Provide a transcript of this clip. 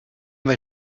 they